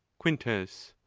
quintus.